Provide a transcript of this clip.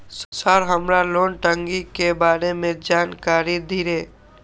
Sir हमरा loan टंगी के बारे में जान कारी धीरे?